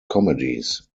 comedies